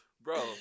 Bro